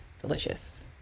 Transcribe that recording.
delicious